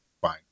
Fine